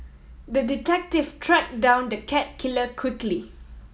the detective tracked down the cat killer quickly